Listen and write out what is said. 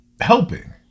helping